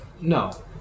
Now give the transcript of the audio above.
No